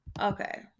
Okay